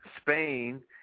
Spain